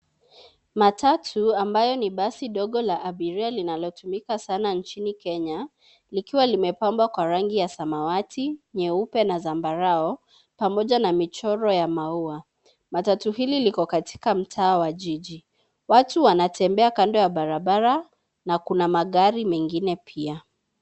Matatu ambayo ni basi dogo la abiria linalotumika sana nchini Kenya, likiwa limepambwa kwa rangi ya samawati, nyeupe na zambarau pamoja na michoro ya maua. Matatu hili liko katika mtaa wa jiji. Watu wanatembea kando ya barabara na kuna magari mengine pia.